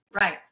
Right